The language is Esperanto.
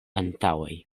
antaŭaj